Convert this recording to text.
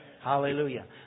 Hallelujah